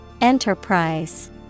Enterprise